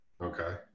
Okay